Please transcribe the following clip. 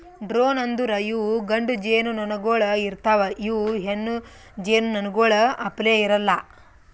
drone ಅಂದುರ್ ಇವು ಗಂಡು ಜೇನುನೊಣಗೊಳ್ ಇರ್ತಾವ್ ಇವು ಹೆಣ್ಣು ಜೇನುನೊಣಗೊಳ್ ಅಪ್ಲೇ ಇರಲ್ಲಾ